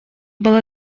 была